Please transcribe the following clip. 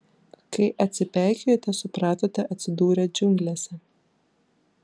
kai atsipeikėjote supratote atsidūrę džiunglėse